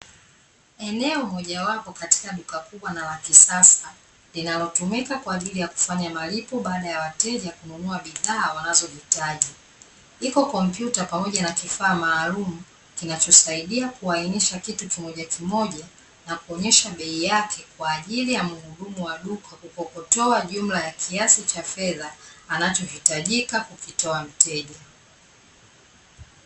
Eneo mojawapo katika duka kubwa na la kisasa linalotumika kwa ajili ya kufanya malipo baada ya wateja kununua bidhaa wanazohitaji, iko kompyuta pamoja na kifaa maalum kinachosaidia kuainisha kitu kimoja kimoja na kuonyesha bei yake kwa ajili ya mhudumu wa duka kukokotoa jumla ya kiasi cha fedha anachohitajika kukitoa mteja.